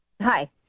Hi